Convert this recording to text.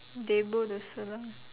they both also lah